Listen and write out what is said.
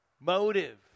motive